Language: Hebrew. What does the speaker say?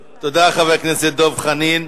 תודה, חבר הכנסת דב חנין.